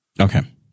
Okay